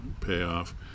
payoff